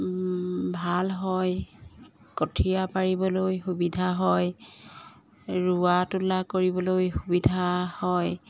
ভাল হয় কঠীয়া পাৰিবলৈ সুবিধা হয় ৰোৱা তোলা কৰিবলৈ সুবিধা হয়